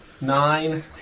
Nine